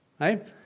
Right